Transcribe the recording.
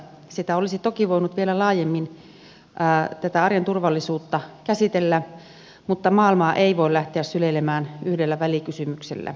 tätä arjen turvallisuutta olisi toki voinut vielä laajemmin käsitellä mutta maailmaa ei voi lähteä syleilemään yhdellä välikysymyksellä